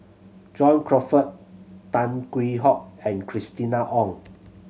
John Crawfurd Tan Hwee Hock and Christina Ong